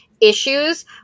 issues